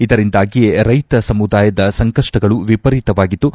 ಇದರಿಂದಾಗಿಯೇ ರೈತ ಸಮುದಾಯದ ಸಂಕಷ್ಟಗಳು ವಿಪರೀತವಾಗಿದ್ದು